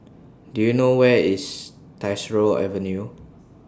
Do YOU know Where IS Tyersall Avenue